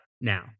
now